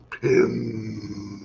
pin